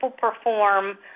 perform